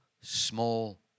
small